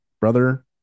brother